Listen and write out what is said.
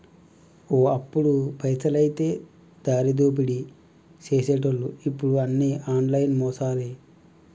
ఓ అప్పుడు పైసలైతే దారిదోపిడీ సేసెటోళ్లు ఇప్పుడు అన్ని ఆన్లైన్ మోసాలే